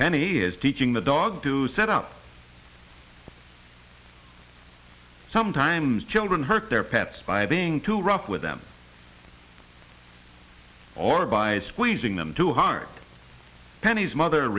penny is teaching the dog to set out sometimes children hurt their pets by being too rough with them or by squeezing them to hard penny's mother